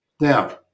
Now